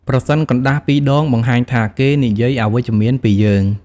ប្រសិនកណ្តាស់ពីរដង បង្ហាញថា គេនិយាយអវិជ្ជមានពីយើង។